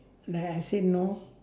like I said no